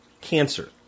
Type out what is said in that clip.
cancer